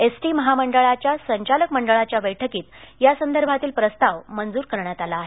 ST महामंडळाच्या संचालक मंडळाच्या बैठकीत या संदर्भातील प्रस्ताव मंजूर करण्यात आला आहे